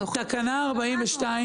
הוא יוכל להינתן גם לנו.